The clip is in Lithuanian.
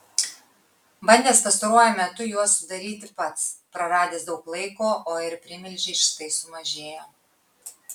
bandęs pastaruoju metu juos sudaryti pats praradęs daug laiko o ir primilžiai štai sumažėjo